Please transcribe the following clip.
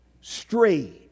strayed